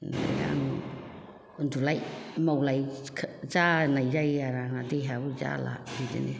उन्दुलाय मावलाय जानाय जायो आरो आंना देहाया जाला बिदिनो